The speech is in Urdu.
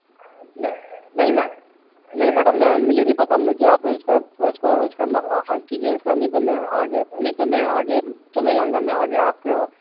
نہیں میں نہیں میڈم میں مجھے نہیں پتہ آپ اس کو اس کا حل کیجیے اس کا نہیں تو میں آگے نہیں تو میں آگے چلے جاؤں گا میں آگے آپ کے